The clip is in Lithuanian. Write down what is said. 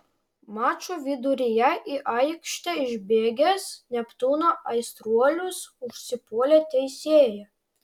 mačo viduryje į aikštę išbėgęs neptūno aistruolius užsipuolė teisėją